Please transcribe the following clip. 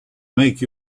make